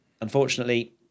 unfortunately